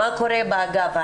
מה קורה באגף?